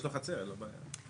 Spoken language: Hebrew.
זה 62א(ט).